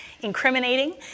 incriminating